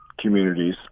communities